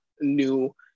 new